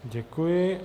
Děkuji.